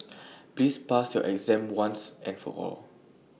please pass your exam once and for all